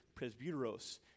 presbyteros